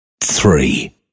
three